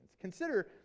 Consider